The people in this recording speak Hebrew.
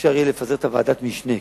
אפשר יהיה לפזר את ועדת המשנה.